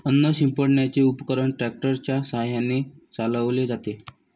अन्न शिंपडण्याचे उपकरण ट्रॅक्टर च्या साहाय्याने चालवले जाते